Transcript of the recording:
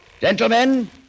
Gentlemen